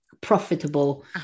profitable